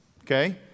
Okay